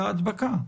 ההדבקה?